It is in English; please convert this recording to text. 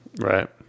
Right